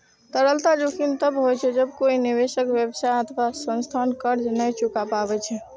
तरलता जोखिम तब होइ छै, जब कोइ निवेशक, व्यवसाय अथवा संस्थान कर्ज नै चुका पाबै छै